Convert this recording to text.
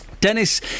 Dennis